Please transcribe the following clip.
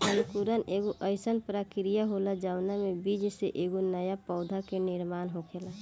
अंकुरण एगो आइसन प्रक्रिया होला जवना में बीज से एगो नया पौधा के निर्माण होखेला